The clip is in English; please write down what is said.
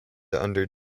under